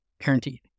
Guaranteed